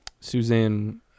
Suzanne